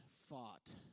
fought